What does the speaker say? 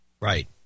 Right